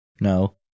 No